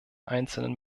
einzelnen